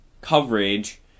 coverage